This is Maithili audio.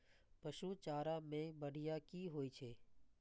पशु चारा मैं बढ़िया की होय छै?